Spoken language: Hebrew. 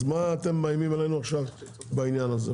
אז מה אתם מאיימים עלינו עכשיו בעניין הזה?